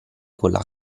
quella